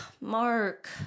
Mark